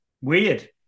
Weird